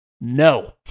no